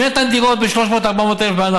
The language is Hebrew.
מי נתן דירות ב-400,000-300,000 הנחה?